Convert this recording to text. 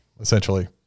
essentially